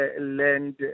land